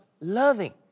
loving